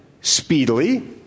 speedily